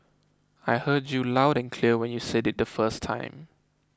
I heard you loud and clear when you said it the first time